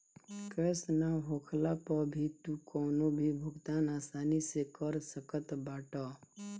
cash ना होखला पअ भी तू कवनो भी भुगतान आसानी से कर सकत बाटअ